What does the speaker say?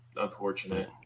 Unfortunate